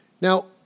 Now